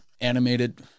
animated